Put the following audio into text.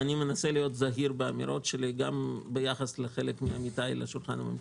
אני מנסה להיות זהיר באמירות שלי גם ביחס לחלק מעמיתיי לשולחן הממשלה.